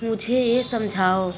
मुझे यह समझाओ